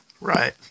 Right